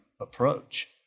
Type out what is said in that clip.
approach